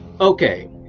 okay